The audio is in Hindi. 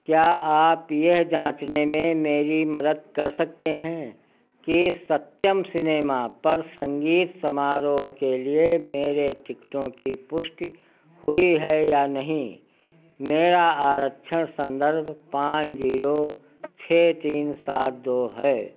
क्या आप यह जांचने में मेरी मदद कर सकते हैं कि सत्यम सिनेमा पर संगीत समारोह के लिए मेरे टिकटों की पुष्टि हुई है या नहीं मेरा आरक्षण संदर्भ पाँच जीरो छः तीन सात दो है